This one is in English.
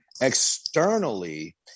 externally